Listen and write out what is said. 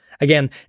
Again